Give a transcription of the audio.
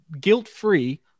guilt-free